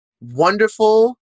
wonderful